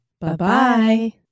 Bye-bye